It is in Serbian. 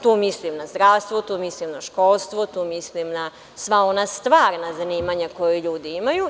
Tu mislim na zdravstvo, tu mislim na školstvo, tu mislim na sva ona stvarna zanimanja koja ljudi imaju.